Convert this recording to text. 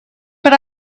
but